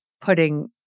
putting